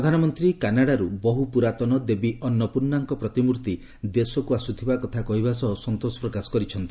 ପ୍ରଧାନମନ୍ତ୍ରୀ କାନାଡ଼ାରୁ ବହୁ ପୁରାତନ ଦେବେୀ ଅନ୍ନପୂର୍ଣ୍ଣାଙ୍କ ପ୍ରତିମୂର୍ତ୍ତି ଦେଶକୁ ଆସୁଥିବା କଥା କହିବା ସହ ସନ୍ତୋଷ ପ୍ରକାଶ କରିଛନ୍ତି